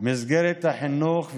במסגרת החינוך,